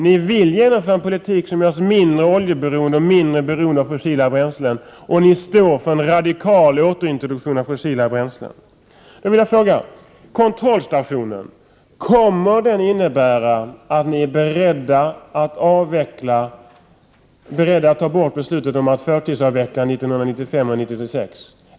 Ni vill genomföra en politik som gör oss mindre oljeberoende och mindre beroende av fossila bränslen, och ni står för en radikal återintroduktion av fossila bränslen. Jag vill fråga: Kommer kontrollstationen att innebära att ni är beredda att ta bort beslutet om att förtidsavveckla 1995 och 1996?